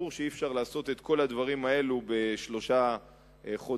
ברור שאי-אפשר לעשות את כל הדברים האלו בשלושה חודשים,